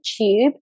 tube